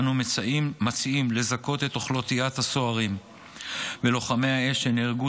אנו מציעים לזכות את אוכלוסיית הסוהרים ולוחמי האש שנהרגו